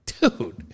Dude